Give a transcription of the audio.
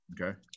Okay